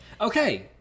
Okay